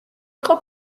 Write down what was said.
იყო